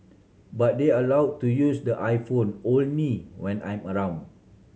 but they are allow to use the iPhone only when I'm around